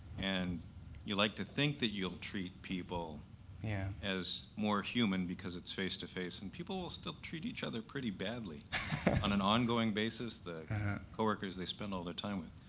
and you like to think that you'll treat people yeah as more human because its face-to-face. and people will still treat each other pretty badly on an ongoing basis the coworkers they spend all their time with.